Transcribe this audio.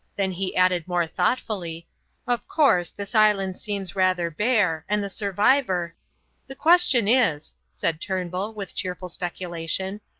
then he added more thoughtfully of course this island seems rather bare and the survivor the question is, said turnbull, with cheerful speculation,